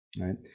Right